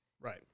right